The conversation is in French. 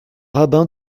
rabbin